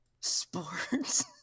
Sports